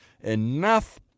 Enough